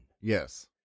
Yes